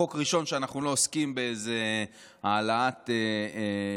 חוק ראשון שאנחנו לא עוסקים באיזה העלאת תקציבים,